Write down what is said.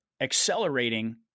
accelerating